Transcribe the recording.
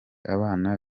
abana